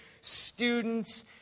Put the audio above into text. students